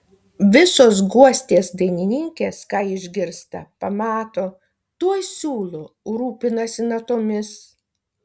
visos guostės dainininkės ką išgirsta pamato tuoj siūlo rūpinasi natomis